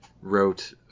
wrote